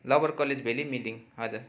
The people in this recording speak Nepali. लोवर कलेज भ्याली मेलिङ हजुर